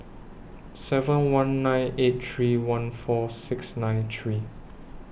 seven one nine eight three one four six nine three